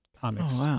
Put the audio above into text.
comics